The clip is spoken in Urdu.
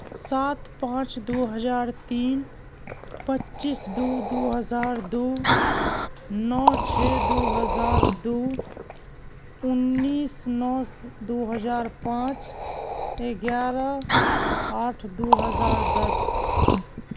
سات پانچ دو ہزار تین پچیس دو دو ہزار دو نو چھ دو ہزار دو انیس نو دو ہزار پانچ گیارہ آٹھ دو ہزار دس